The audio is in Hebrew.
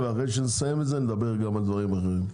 אחרי שנסיים את זה נדבר גם על דברים אחרים.